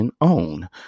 own